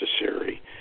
necessary